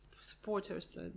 supporters